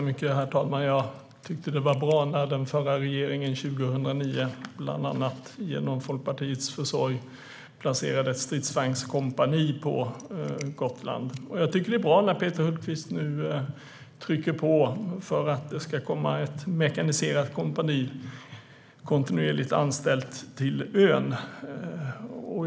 Herr talman! Det var bra att den förra regeringen 2009, bland annat genom Folkpartiets försorg, placerade ett stridsvagnskompani på Gotland. Det är bra att Peter Hultqvist trycker på för att det ska komma ett mekaniserat kompani, kontinuerligt anställt, till denna ö.